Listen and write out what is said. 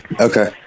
okay